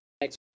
next